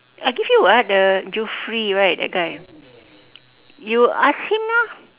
I give you [what] the Joffrey right that guy you ask him lah